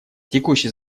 текущий